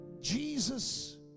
Jesus